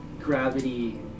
gravity